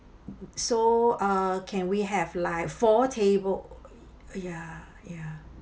so uh can we have like four table ya ya